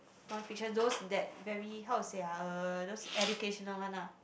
non fiction those that very how to say ah uh those educational one lah